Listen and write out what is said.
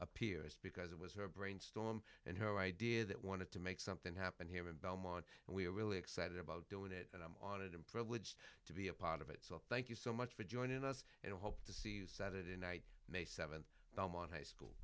appears because it was her brainstorm and her idea that wanted to make something happen here in belmont and we're really excited about doing it and i'm on it i'm privileged to be a part of it so thank you so much for joining us and i hope to see you saturday night may seventh delmon high school